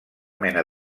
mena